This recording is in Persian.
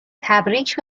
تبریک